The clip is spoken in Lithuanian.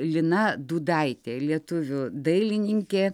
lina dūdaitė lietuvių dailininkė